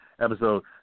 Episode